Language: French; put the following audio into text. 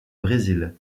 brésil